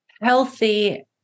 healthy